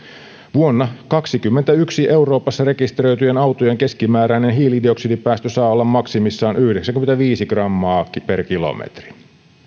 vuonna kaksikymmentäyksi euroopassa rekisteröityjen autojen keskimääräinen hiilidioksidipäästö saa olla maksimissaan yhdeksänkymmentäviisi grammaa per kilometri